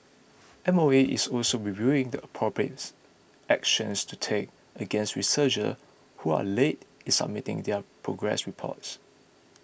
M O E is also reviewing the appropriates actions to take against researcher who are late in submitting their progress reports